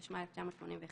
התשמ"א-1981,